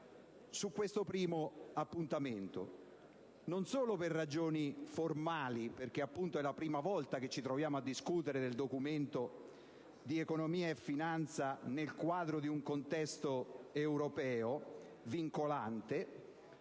stessa opposizione, non solo per ragioni formali, essendo la prima volta che ci troviamo a discutere del Documento di economia e finanza nel quadro di un contesto europeo vincolante,